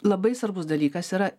labai svarbus dalykas yra